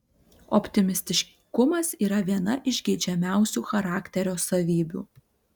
optimistiškumas yra viena iš geidžiamiausių charakterio savybių